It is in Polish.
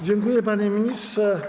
Dziękuję, panie ministrze.